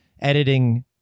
editing